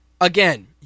Again